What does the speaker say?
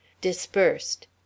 Dispersed